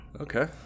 okay